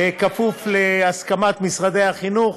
בכפוף להסכמת משרדי החינוך,